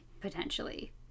potentially